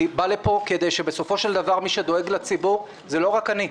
אני בא לפה כי בסופו של דבר מי שדואג לציבור זה לא רק אני,